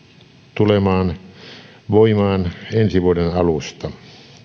tulemaan voimaan ensi vuoden alusta